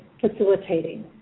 facilitating